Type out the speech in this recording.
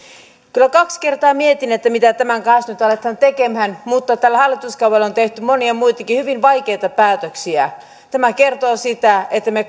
kyllä kaksi kertaa mietin mitä tämän kanssa nyt aletaan tekemään mutta tällä hallituskaudella on tehty monia muitakin hyvin vaikeita päätöksiä tämä kertoo siitä että me